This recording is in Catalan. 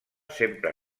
sempre